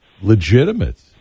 legitimate